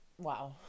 Wow